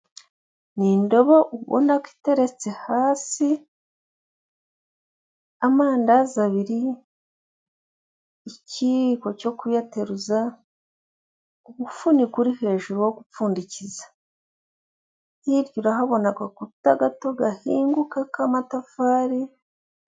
Ni indobo ubona ko iteretse hasi amandazi abiri, ikiyiko cyo kuyateruza, umufuniko uri hejuru wo gupfundikiza. Hirya urahabona agakuta gato gahinguka k'amatafari.